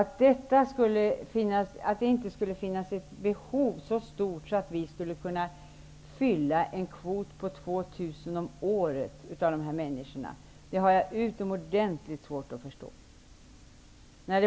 Att det inte skulle finnas ett så stort behov från dessa människor att vi skulle kunna fylla en kvot om 2 000 personer om året har jag utomordentligt svårt att förstå.